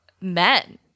men